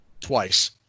twice